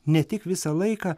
ne tik visą laiką